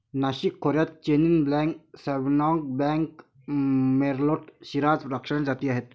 नाशिक खोऱ्यात chenin blanc, sauvignon blanc, merlot, shiraz द्राक्षाच्या जाती आहेत